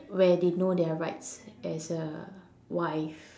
where they know their rights as a wife